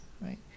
right